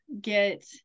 get